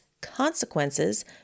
consequences